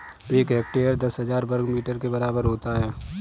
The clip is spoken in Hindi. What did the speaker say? एक हेक्टेयर दस हजार वर्ग मीटर के बराबर होता है